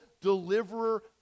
deliverer